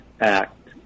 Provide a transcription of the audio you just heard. Act